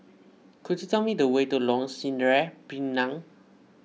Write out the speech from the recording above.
could you tell me the way to Lorong Sireh Pinang